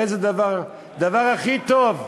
איזה דבר, הדבר הכי טוב.